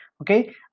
Okay